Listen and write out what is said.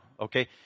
Okay